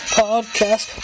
podcast